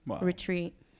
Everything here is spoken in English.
Retreat